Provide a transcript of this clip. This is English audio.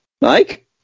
mike